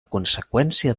conseqüència